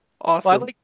Awesome